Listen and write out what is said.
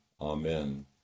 Amen